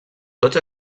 tots